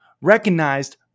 recognized